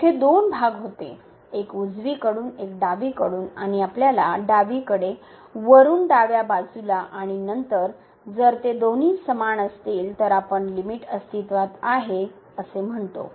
जेथे दोन भाग होते एक उजवीकडून एक डावीकडून आणि आपल्याला डावीकडे वरुन डाव्या बाजूला आणि नंतर जर ते दोन्ही समान असतील तर आपण लिमिट अस्तित्त्वात आहे असे म्हणतो